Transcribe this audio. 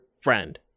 friend